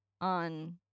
on